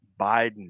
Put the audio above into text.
Biden